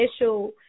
initial